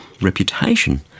reputation